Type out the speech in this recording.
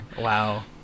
Wow